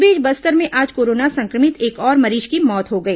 इस बीच बस्तर में आज कोरोना संक्रमित एक और मरीज की मौत हो गई